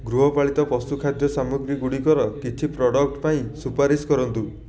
ଗୃହପାଳିତ ପଶୁ ଖାଦ୍ୟ ସାମଗ୍ରୀ ଗୁଡ଼ିକର କିଛି ପ୍ରଡ଼କ୍ଟ୍ ପାଇଁ ସୁପାରିସ କରନ୍ତୁ